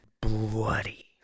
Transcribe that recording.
bloody